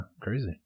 crazy